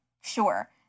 sure